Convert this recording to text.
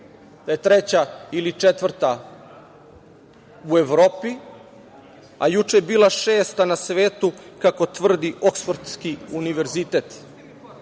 da je treća ili četvrta u Evropi, a juče je bila šesta na svetu kako tvrdi Oksfordski univerzitet